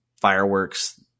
fireworks